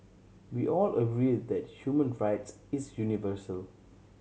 we all agree that human rights is universal